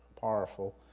powerful